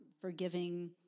forgiving